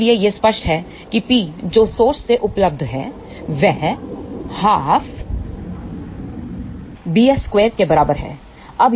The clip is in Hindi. इसलिए यह स्पष्ट है कि P जो सोर्स से उपलब्ध है वह 12⎪bs⎪2के बराबर है